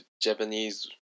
Japanese